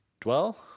Dwell